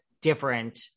different